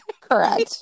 Correct